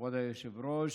כבוד היושב-ראש,